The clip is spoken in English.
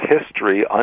history